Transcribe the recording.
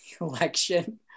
election